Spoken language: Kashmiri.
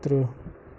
تٕرٛہ